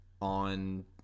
on